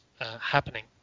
happening